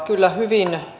kyllä hyvin